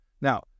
Now